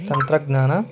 ತಂತ್ರಜ್ಞಾನ